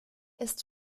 ist